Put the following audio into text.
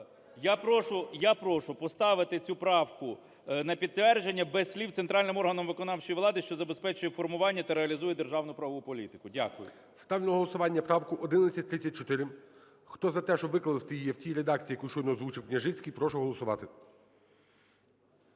я прошу поставити цю правку на підтвердження без слів "центральним органом виконавчої влади, що забезпечує формування та реалізує державну правову політику". Дякую. ГОЛОВУЮЧИЙ. Ставлю на голосування правку 1134. Хто за те, щоб викласти її в тій редакції, яку щойно озвучив Княжицький, прошу голосувати.